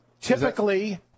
Typically